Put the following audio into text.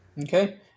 Okay